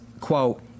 quote